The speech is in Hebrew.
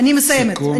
אני מסיימת.